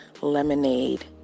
lemonade